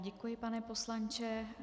Děkuji, pane poslanče.